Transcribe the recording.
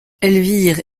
elvire